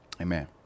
Amen